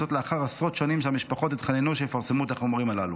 וזאת לאחר עשרות שנים שהמשפחות התחננו שיפרסמו את החומרים הללו.